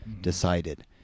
decided